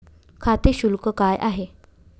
खाते शुल्क काय आहे?